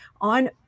on